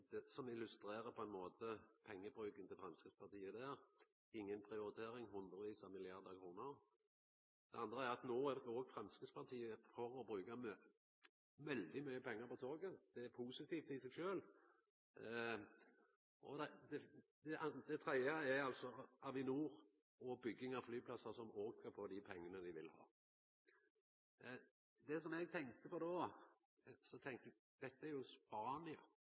mente. Debatten illustrerer pengebruken til Framstegspartiet der: inga prioritering, hundrevis av milliardar kroner. Det andre er at no er òg Framstegspartiet for å bruka veldig mykje pengar på toget. Det er positivt i seg sjølv. Det tredje er altså Avinor og bygging av flyplassar, der skal ein òg få dei pengane ein vil ha. Det eg tenkte på då, var at dette er jo